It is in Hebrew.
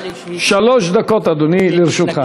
שלוש דקות, אדוני, לרשותך.